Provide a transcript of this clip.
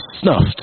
snuffed